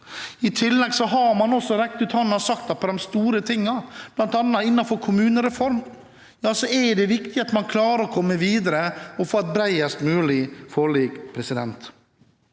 I tillegg har man også rekt ut handa og satset på de store tingene. Blant annet innenfor en kommunereform er det viktig at man klarer å komme videre og få et bredest mulig forlik. Men det